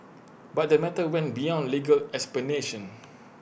but the matter went beyond legal explanations